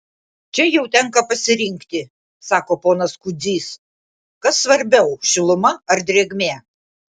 čia jau tenka pasirinkti sako ponas kudzys kas svarbiau šiluma ar drėgmė